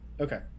okay